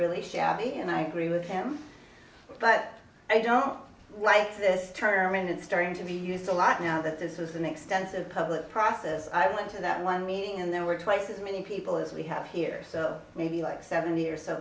really shabby and i agree with him but i don't like this term and it's starting to be used a lot now that this is an extensive public process i went to that one meeting and there were twice as many people as we have here so maybe like seventy or so